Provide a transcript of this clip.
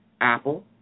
Apple